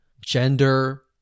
gender